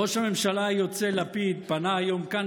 ראש הממשלה היוצא לפיד פנה היום כאן